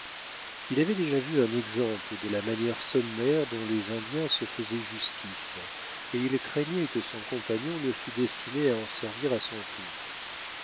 il avait déjà vu un exemple de la manière sommaire dont les indiens se faisaient justice et il craignait que son compagnon ne fût destiné à en servir à son tour